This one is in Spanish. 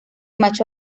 macho